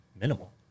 minimal